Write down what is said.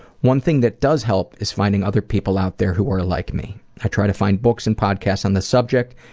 one thing that does help is finding other people out there who are like me. i try to find books and podcasts on the subject,